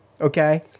Okay